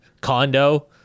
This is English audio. condo